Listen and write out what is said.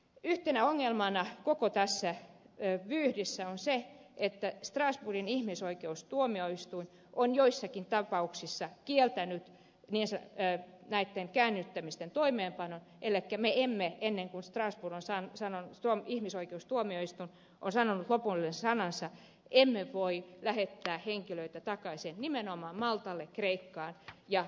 yhtenä ongelmana koko tässä vyyhdessä on se että strasbourgin ihmisoikeustuomioistuin on joissakin tapauksissa kieltänyt näitten käännyttämisten toimeenpanon elikkä me emme ennen kuin strasbourgin ihmisoikeustuomioistuin on sanonut lopullisen sanansa voi lähettää henkilöitä takaisin nimenomaan maltalle kreikkaan ja italiaan